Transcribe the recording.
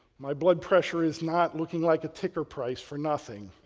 my blood pressure is not looking like a ticker price for nothing,